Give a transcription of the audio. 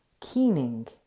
keening